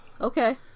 Okay